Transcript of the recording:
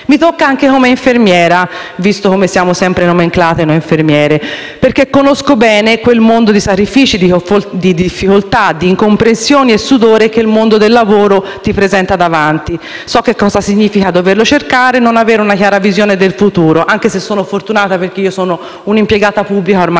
mi tocca anche come infermiera, visto come noi infermiere siamo sempre "nomenclate", perché conosco bene quel mondo di sacrifici e difficoltà, incomprensioni e sudore che il mondo del lavoro ti presenta davanti. So cosa significa doverlo cercare e non avere una chiara visione del futuro, anche se sono fortunata perché sono un'impiegata pubblica da ormai